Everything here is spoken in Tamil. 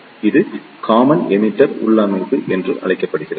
இது காமன் எமிட்டர் உள்ளமைவு என அழைக்கப்படுகிறது